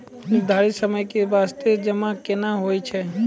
निर्धारित समय के बास्ते जमा केना होय छै?